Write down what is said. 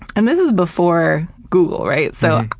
and this is before google, right? so,